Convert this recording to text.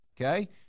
okay